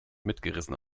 mitgerissen